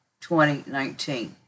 2019